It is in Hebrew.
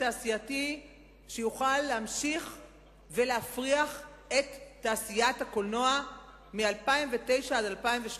תעשייתי שיוכל להמשיך להפריח את תעשיית הקולנוע מ-2009 עד 2013,